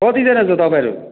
कतिजना छ तपाईँहरू